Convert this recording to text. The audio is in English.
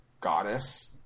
goddess